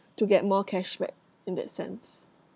to get more cashback in that sense